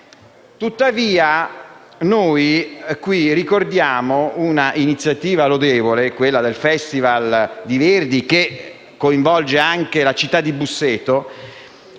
Tuttavia, noi qui ricordiamo un'iniziativa lodevole, quella del Festival Verdi, che coinvolge anche la città di Busseto,